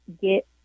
get